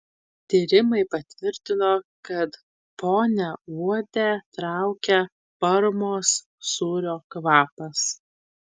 tyrimai patvirtino kad ponią uodę traukia parmos sūrio kvapas